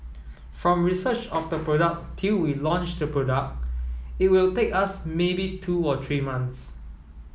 from research of the product till we launch the product it will take us maybe two to three months